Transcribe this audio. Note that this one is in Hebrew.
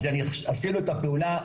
עשינו את הפעולה,